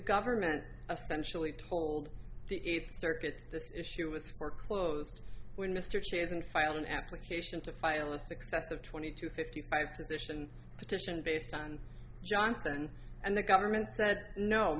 government especially told the eighth circuit this issue was foreclosed when mr chairs and filed an application to file the success of twenty two fifty five position petition based on johnson and the government